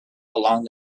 along